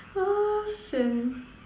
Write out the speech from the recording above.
ah sian